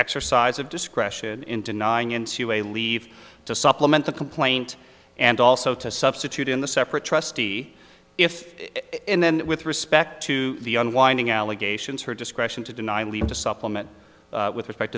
exercise of discretion in denying in to a leave to supplement the complaint and also to substitute in the separate trustee if and then with respect to the unwinding allegations her discretion to deny leave to supplement with respect